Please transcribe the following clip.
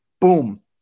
boom